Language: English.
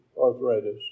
arthritis